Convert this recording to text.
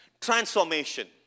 Transformation